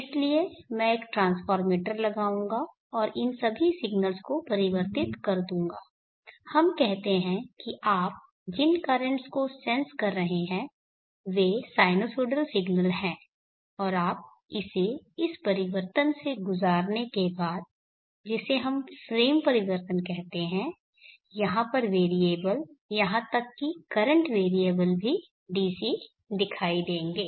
इसलिए मैं एक ट्रान्सफोमेटर लगाऊंगा और इन सभी सिग्नल्स को परिवर्तित कर दूंगा हम कहते हैं कि आप जिन कर्रेंटस को सेंस कर रहे हैं वे साइनुसॉइडल सिग्नल हैं और आप इसे इस परिवर्तन से गुजारने के बाद जिसे हम फ्रेम परिवर्तन कहते हैं यहां पर वैरिएबल यहां तक कि करंट वैरिएबल भी DC दिखाई देंगे